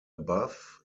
above